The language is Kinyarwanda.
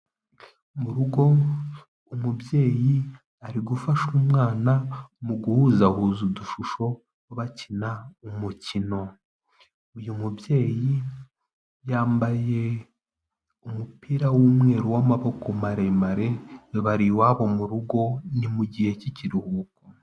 Murugo umubyeyi ari gufasha umwana mu guhuzahuza udushusho, bakina umukino. Uyu mubyeyi yambaye umupira w'umweru w'amaboko maremare, bari iwabo mu rugo, ni mu gihe cy'ikiruhuko.